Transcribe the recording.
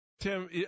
Tim